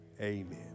Amen